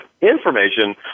information